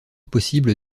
possible